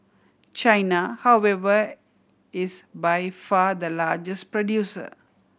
China however is by far the largest producer